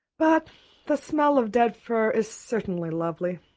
but the smell of dead fir is certainly lovely.